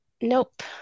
nope